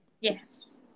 yes